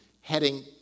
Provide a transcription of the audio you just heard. heading